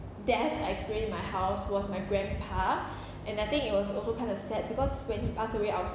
death I experience in my house was my grandpa and I think it was also kind of sad because when he passed away I was